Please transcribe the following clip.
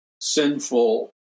sinful